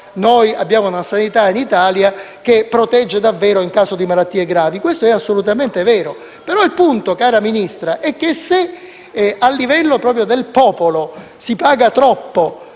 abbiamo una sanità che protegge davvero in caso di malattie gravi. Questo è assolutamente vero, ma il punto, cara Ministra, è che se, a livello del popolo, si paga troppo